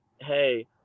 hey